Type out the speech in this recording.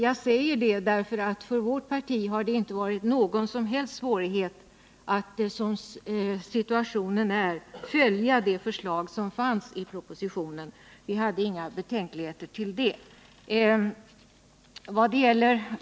Jag säger det därför att det för vårt parti inte varit någon som helst svårighet att som situationen nu är följa det förslag som fanns i propositionen — mot det hyste vi inga betänkligheter.